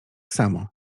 samo